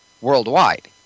worldwide